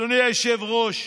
אדוני היושב-ראש,